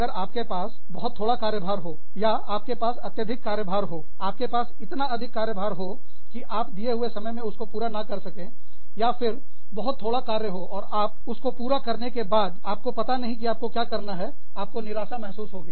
अगर आपके पास बहुत थोड़ा कार्यभार हो या आपके पास अत्यधिक कार्यभार हो आपके पास इतना अधिक कार्यभार हो कि आप दिए हुए समय में उसे पूरा ना कर सके या फिर बहुत थोड़ा कार्य हो और आप उसकी पूरा करने के बाद आपको पता नहीं है कि आपको क्या करना है तो आपको निराशा महसूस होगी